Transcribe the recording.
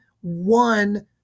one